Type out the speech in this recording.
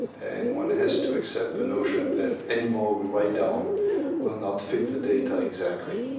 and one has to accept the notion that any model we write down will not fit the data exactly.